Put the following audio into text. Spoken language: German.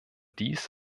dies